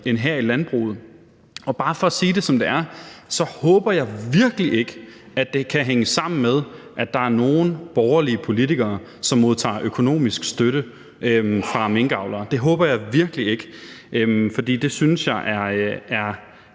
end i landbruget. Bare for at sige det, som det er, så håber jeg virkelig ikke, at det kan hænge sammen med, at der er nogle borgerlige politikere, som modtager økonomisk støtte fra minkavlere. Det håber jeg virkelig ikke, for det synes jeg